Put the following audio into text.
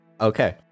Okay